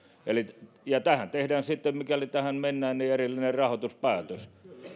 ja tähän tehdään sitten mikäli tähän mennään erillinen rahoituspäätös